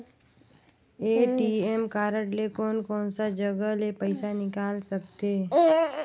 ATM card ले कोन कोन सा जगह ले पइसा निकाल सकथे?